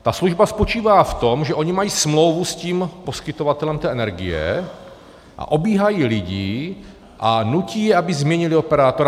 Ta služba spočívá v tom, že oni mají smlouvu s poskytovatelem té energie a obíhají lidi a nutí je, aby změnili operátora.